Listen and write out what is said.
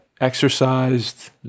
exercised